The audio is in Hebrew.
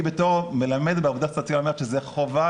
היא בתור מלמדת בעבודה סוציאלית אומרת שזו חובה